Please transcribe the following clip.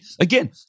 Again